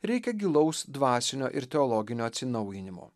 reikia gilaus dvasinio ir teologinio atsinaujinimo